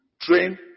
train